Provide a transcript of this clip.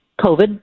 COVID